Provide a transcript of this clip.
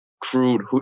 crude